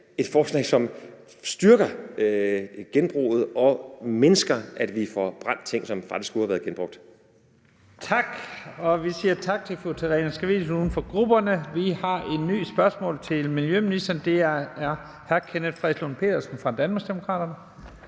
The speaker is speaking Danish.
et forslag, som styrker genbruget og mindsker, at vi får brændt ting, som faktisk skulle have været genbrugt. Kl. 14:51 Første næstformand (Leif Lahn Jensen): Tak. Vi siger tak til fru Theresa Scavenius, uden for grupperne. Vi har et nyt spørgsmål til miljøministeren. Det er af hr. Kenneth Fredslund Petersen fra Danmarksdemokraterne.